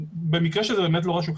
במקרה שזה באמת לא רשום.